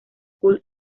school